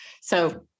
so-